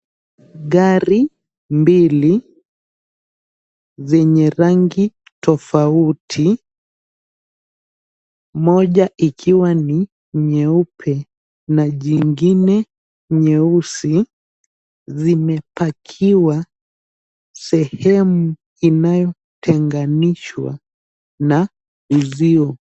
Gari mbili zenye rangi tofauti ,moja ikiwa ni nyeupe na jingine nyeusi .Zimepakiwa sehemu inayotenganishwa na uzio.